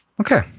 Okay